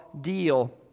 deal